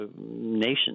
nation